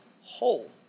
whole